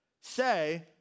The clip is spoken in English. say